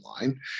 line